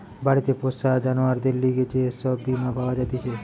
বাড়িতে পোষা জানোয়ারদের লিগে যে সব বীমা পাওয়া জাতিছে